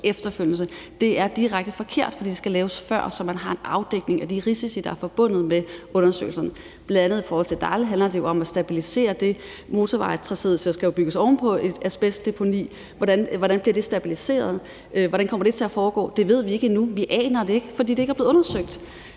efterfølgende. Det er direkte forkert, for de skal laves før, så man har en afdækning af de risici, der er forbundet med undersøgelserne. Bl.a. i forhold tilDall handler det om at stabilisere det, for motorvejtracéet skal jo bygges oven på et asbestdeponi, og hvordan bliver det stabiliseret? Hvordan kommer det til at foregå? Det ved vi ikke endnu. Vi aner det ikke, fordi det ikke er blevet undersøgt.